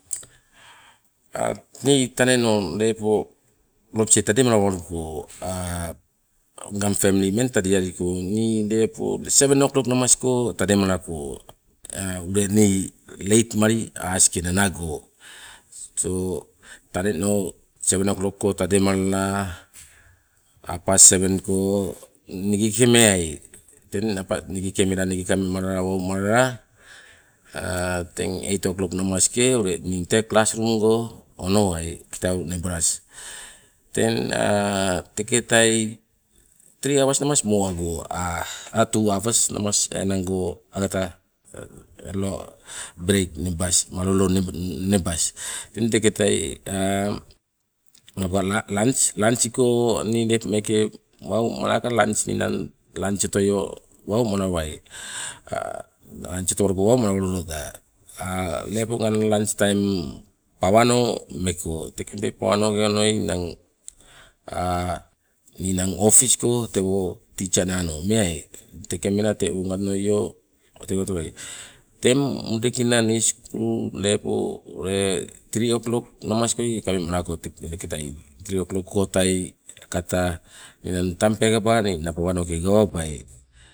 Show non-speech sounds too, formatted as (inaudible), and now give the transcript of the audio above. Nii taneno lepo lobisei tademalawaluko (hesitation) nganag femli ummeng tadealiko nii lepo seven o klok ko tademalako ule nii leit mali askike nanago, so taneno seven o klok go tademalama, hapas seven nigi meai teng napo nigike mela nigi kamemalala, wau malala teng eit o klok go ni te klas rum go onowai kitau nebalas. Teng (hesitation) teketai tri hawas namas mo abai ai tu hawas agata lo breik nebas, malolo nebas teng teketai (hesitation) teng teketai napoka lans, lansigo nii lepo meeke wau malawaluko, ninang wau otoio wau malawai, lans otowaluko wau malawaloda. Lepo ngang lans taim pawano meko, teke pawanoke onoi ninang opis go titsa naano meai, teke mela tewonga onolitowai. Teng mudekinanis sukulu lepo tri o klok namas koitai kamemalako, tekeai tri o klok goi tai kata ninang tang peekaba ninang pawanoke gawabai.